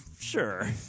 sure